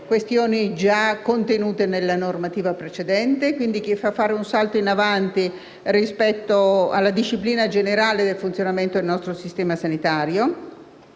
questioni già contenute nella normativa precedente; essa quindi fa fare un salto in avanti rispetto alla disciplina generale del funzionamento del nostro sistema sanitario.